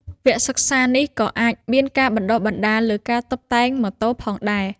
វគ្គសិក្សានេះក៏អាចមានការបណ្តុះបណ្តាលលើការតុបតែងម៉ូតូផងដែរ។